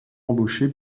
embaucher